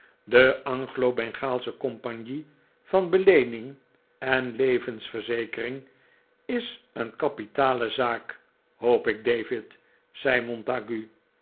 de anglo bengaalsche compagnie van beleening en levensverzekering is een kapitale zaak hoop ik f david zei montague